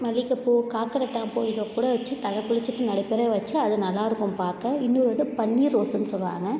மல்லிகைப்பூ காக்கரட்டான் பூ இதுக்கூட வெச்சி தலை குளிச்சுட்டு நடுப்புற வெச்சா அது நல்லா இருக்கும் பார்க்க இன்னொரு வந்து பன்னீர் ரோஸுன்னு சொல்வாங்க